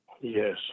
Yes